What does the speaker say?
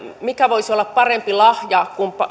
mikä voisi olla parempi lahja sata vuotiaalle suomelle